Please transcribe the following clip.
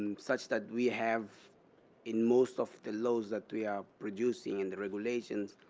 and such that we have in most of the lowe's that we are producing in the regulations,